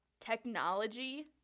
technology